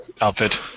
outfit